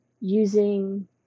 using